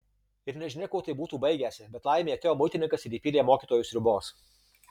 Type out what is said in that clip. ir nežinia kuo tai būtų baigęsi bet laimė atėjo muitininkas ir įpylė mokytojui sriubos